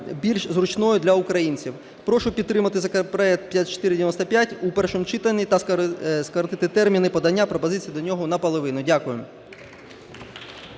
більш зручною для українців. Прошу підтримати законопроект 5495 у першому читанні та скоротити терміни подання пропозицій до нього наполовину. Дякую.